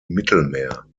mittelmeer